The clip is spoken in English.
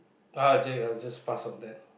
uh j~ I'll just pass on that